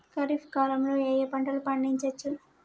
ఖరీఫ్ కాలంలో ఏ ఏ పంటలు పండించచ్చు?